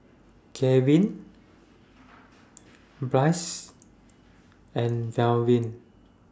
Garvin Bryce and Melvin